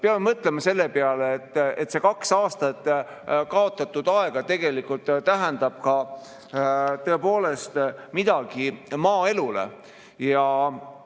Peame mõtlema selle peale, et see kaks aastat kaotatud aega tegelikult tähendab ka tõepoolest midagi maaelule